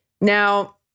Now